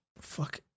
fuck